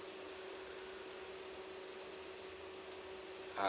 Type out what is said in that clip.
uh